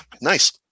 Nice